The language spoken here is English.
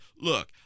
look—